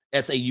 SAU